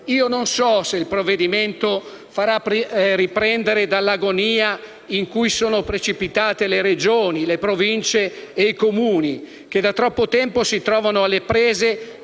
Io non so se il provvedimento farà riprendere dall'agonia in cui sono precipitate Regioni, Province e Comuni, che da troppo tempo si trovano alle prese